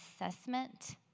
assessment